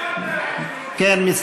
כן.